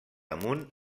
amunt